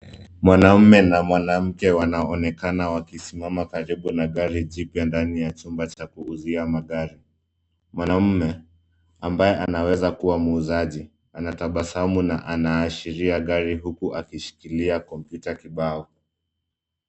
Mwanamume na mwanamke wanaonekana wakisimama karibu ya gari jipya ndani ya chumba cha kuuzia magari. Mwanamume ambaye anaweza kuwa muuzaji anatabasamu na anaashiria gari huku akishikilia kompyuta kibao.